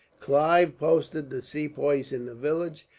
clive posted the sepoys in the village,